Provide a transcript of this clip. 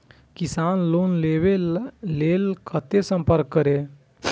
किसान लोन लेवा के लेल कते संपर्क करें?